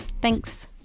Thanks